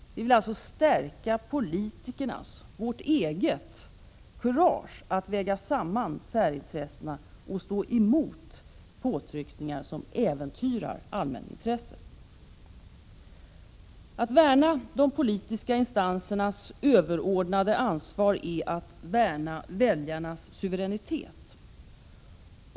Vi vill alltså stärka politikernas — vårt eget — kurage att väga samman särintressena och stå emot påtryckningar som äventyrar allmänintresset. Att värna de politiska instansernas överordnade ansvar är att värna väljarnas suveränitet.